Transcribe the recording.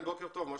מה שלומך?